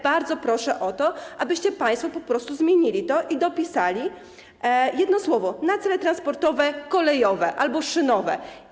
Bardzo proszę o to, abyście państwo po prostu to zmienili i dopisali jedno słowo: na cele transportowe kolejowe albo szynowe.